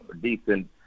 decent